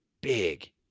big